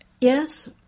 Yes